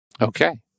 Okay